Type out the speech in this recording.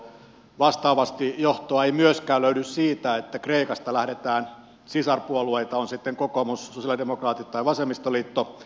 vastaavasti johtoa ei myöskään löydy siitä että kreikasta lähdetään sisarpuolueita on sitten kokoomus sosialidemokraatit tai vasemmistoliitto etsimään ja linkittämään